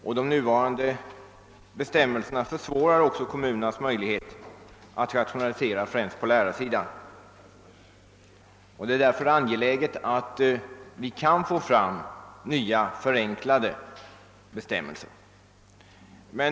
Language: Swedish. Nu gällande bestämmelser försvårar också kommunernas möjligheter att rationalisera, främst då på lärarsidan. Men därför är det angeläget att vi får nya och enklare bestämmelser.